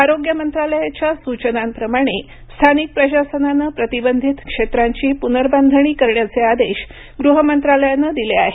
आरोग्यमंत्रालयाच्या सूचनांप्रमाणे स्थानिक प्रशासनानं प्रतिबंधित क्षेत्रांची पुनर्बांधणी करण्याचे आदेश गृह मंत्रालयानं दिले आहेत